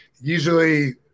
usually